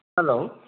hello